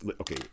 Okay